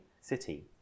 city